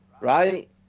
right